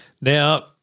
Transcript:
Now